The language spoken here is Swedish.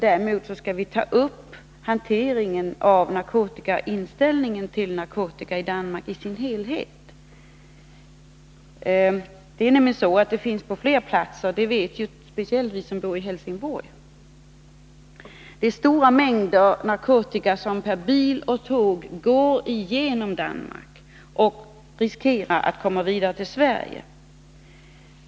Däremot skall vi ta upp frågan om hanteringen av narkotika och inställningen till narkotika i Danmark i dess helhet. Det är nämligen så att narkotika finns på fler platser. Det vet speciellt vi som bor i Helsingborg. Det är stora mängder narkotika som per bil och tåg går genom Danmark och som vi riskerar att få hit till Sverige.